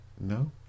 No